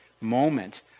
moment